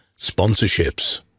sponsorships